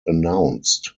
announced